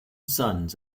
sons